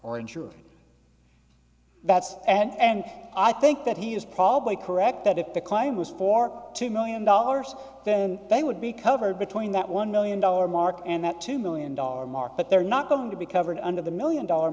insured that's and i think that he is probably correct that if the claim was for two million dollars then they would be covered between that one million dollar mark and that two million dollar mark but they're not going to be covered under the million dollar